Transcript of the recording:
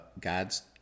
God's